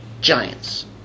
Giants